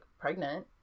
pregnant